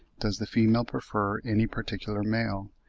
does the female prefer any particular male,